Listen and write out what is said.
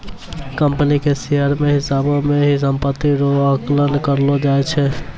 company के share के हिसाबौ से ही सम्पत्ति रो आकलन करलो जाय छै